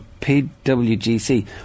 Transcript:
PWGC